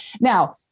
Now